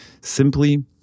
Simply